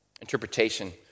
interpretation